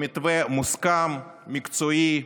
במתווה מוסכם, מקצועי,